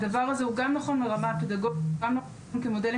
זה נכון גם ברמה הפדגוגית וגם נכון כמודלים